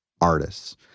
artists